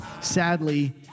sadly